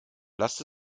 lasst